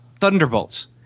Thunderbolts